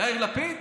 יאיר לפיד?